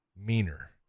meaner